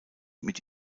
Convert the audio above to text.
mit